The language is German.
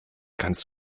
kannst